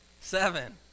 seven